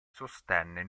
sostenne